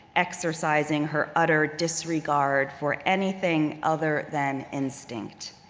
exercising her utter disregard for anything other than instinct.